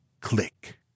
click